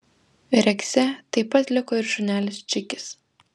rekse taip pat liko ir šunelis čikis